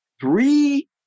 three